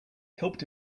helped